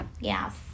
yes